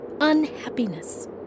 unhappiness